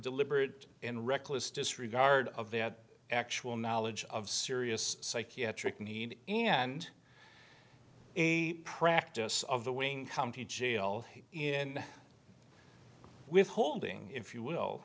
deliberate and reckless disregard of that actual knowledge of serious psychiatric need and practice of the wing come to jail in withholding if you will